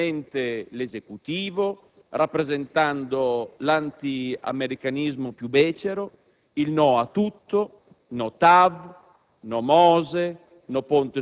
e condizionano pesantemente l'Esecutivo, rappresentando l'anti-americanismo più becero, il no a tutto, no-TAV,